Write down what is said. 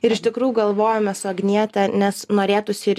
ir iš tikrųjų galvojome su agniete nes norėtųsi ir